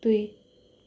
दुई